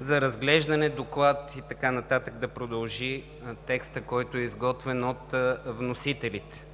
за разглеждане доклад…“, и така нататък да продължи текстът, който е изготвен от вносителите.